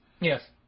Yes